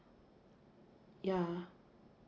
yeah